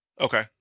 Okay